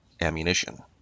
ammunition